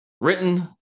written